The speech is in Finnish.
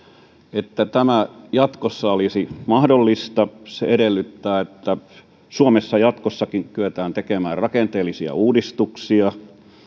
että tämä jatkossa olisi mahdollista edellyttää että suomessa jatkossakin kyetään tekemään rakenteellisia uudistuksia